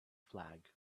flag